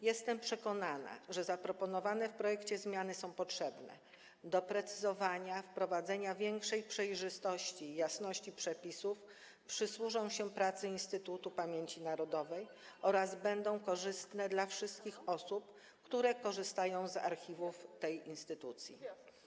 Jestem przekonana, że zaproponowane w projekcie zmiany są potrzebne do doprecyzowania, wprowadzenia większej przejrzystości i jasności przepisów, przysłużą się pracy Instytutu Pamięci Narodowej oraz będą korzystne dla wszystkich osób, które korzystają z archiwów tej instytucji.